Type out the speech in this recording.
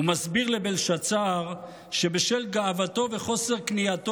ומסביר לבלשאצר שבשל גאוותו וחוסר כניעתו